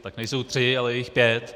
Tak nejsou tři, ale je jich pět.